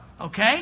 okay